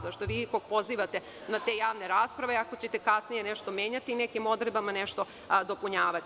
Zašto toliko pozivate na te javne rasprave ako ćete kasnije nešto menjati i nekim odredbama nešto dopunjavati?